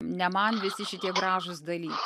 ne man visi šitie gražūs dalykai